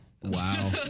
Wow